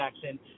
Jackson